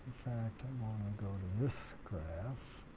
to go to this graph.